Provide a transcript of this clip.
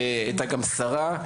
וגם הייתה שרה.